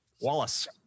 Wallace